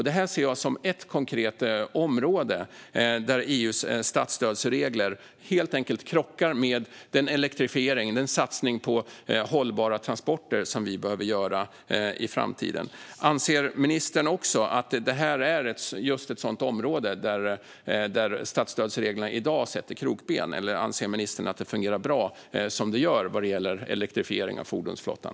Detta ser jag som ett konkret område där EU:s statsstödsregler helt enkelt krockar med den elektrifiering och den satsning på hållbara transporter som vi behöver göra i framtiden. Anser ministern också att detta är just ett sådant område där statsstödsreglerna i dag sätter krokben, eller anser ministern att det fungerar bra som det är när det gäller elektrifiering av fordonsflottan?